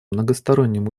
многосторонним